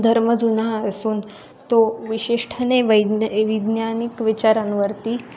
धर्म जुना असून तो विशिष्ठने वैज्ञ विज्ञानिक विचारांवरती